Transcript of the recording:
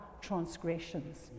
transgressions